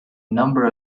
number